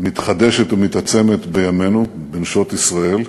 מתחדשת ומתעצמת בימינו בנשות ישראל,